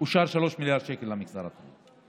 אושרו 3 מיליארד שקל למגזר הדרוזי.